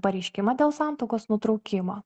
pareiškimą dėl santuokos nutraukimo